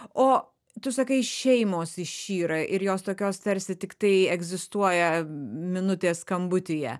o tu sakai šeimos išyra ir jos tokios tarsi tiktai egzistuoja minutės skambutyje